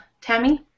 Tammy